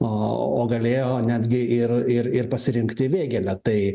o galėjo netgi ir ir ir pasirinkti vėgėlę tai